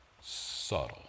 subtle